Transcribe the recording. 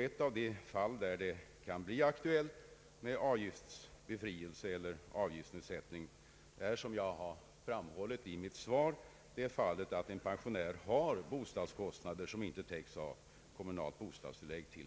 Ett av de fall där det kan bli aktuellt med avgiftsbefrielse eller avgiftsnedsättning är, som jag framhållit i mitt svar, att en pensionär har bostadskostnader som inte täcks av bostadstillägg.